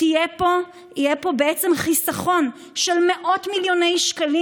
יהיה פה בעצם חיסכון של מאות מיליוני שקלים